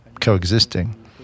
coexisting